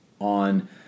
on